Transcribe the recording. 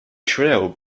trail